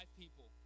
people